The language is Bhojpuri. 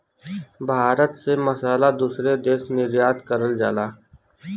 भारत से मसाला दूसरे देश निर्यात करल जाला